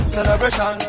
Celebration